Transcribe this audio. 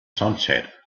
sunset